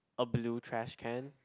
a blue trash can